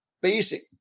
basic